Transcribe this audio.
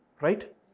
right